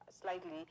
slightly